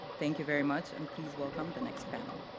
thank you very much, and please welcome the next panel.